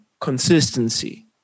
consistency